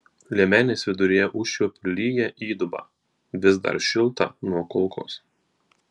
liemenės viduryje užčiuopiu lygią įdubą vis dar šiltą nuo kulkos